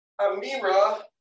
Amira